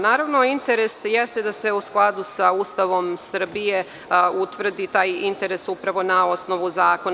Naravno, interes jeste da se u skladu sa Ustavom Srbije utvrdi taj interes upravo na osnovu zakona.